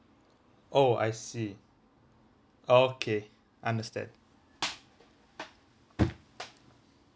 oh I see okay understand